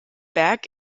berg